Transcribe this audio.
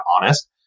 honest